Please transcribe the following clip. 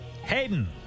Hayden